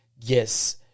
Yes